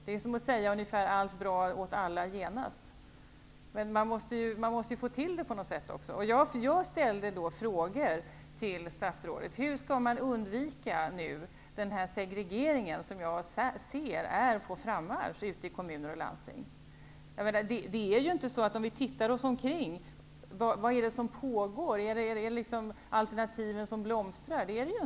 Det är som att säga: Allt bra åt alla genast. Men man måste ju få till det också på något sätt. Vad är det vi ser när vi tittar oss omkring? Vad är det som pågår? Är det alternativen som blomstrar?